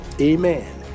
Amen